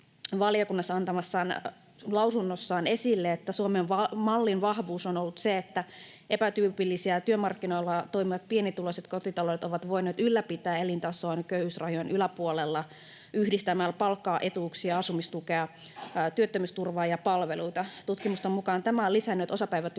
antamassaan lausunnossa esille, että Suomen-mallin vahvuus on ollut se, että epätyypillisillä työmarkkinoilla toimivat pienituloiset kotitaloudet ovat voineet ylläpitää elintasoaan köyhyysrajan yläpuolella yhdistämällä palkkaa, etuuksia, asumistukea, työttömyysturvaa ja palveluita. Tutkimusten mukaan tämä on lisännyt osapäivätyössä